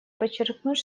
подчеркнуть